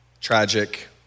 tragic